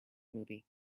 movie